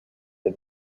the